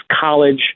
college